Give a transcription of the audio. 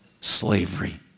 slavery